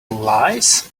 lies